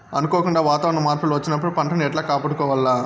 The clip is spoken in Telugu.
అనుకోకుండా వాతావరణ మార్పులు వచ్చినప్పుడు పంటను ఎట్లా కాపాడుకోవాల్ల?